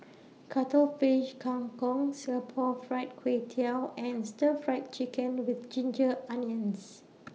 Cuttlefish Kang Kong Singapore Fried Kway Tiao and Stir Fried Chicken with Ginger Onions